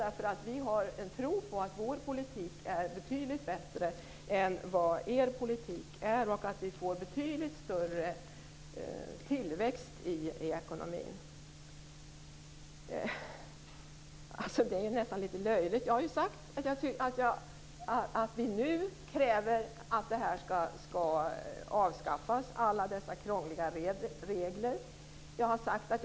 Vi har nämligen en tro på att vår politik är betydligt bättre än er politik och att vi får betydligt större tillväxt i ekonomin. Det är nästan litet löjligt. Jag har ju sagt att vi nu kräver att alla dessa krångliga regler skall avskaffas.